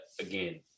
again